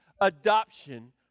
adoption